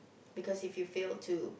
because if you fail to